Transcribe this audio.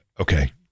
Okay